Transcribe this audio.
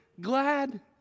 glad